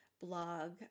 blog